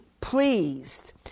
pleased